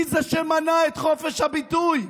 מי זה שמנע את חופש הביטוי?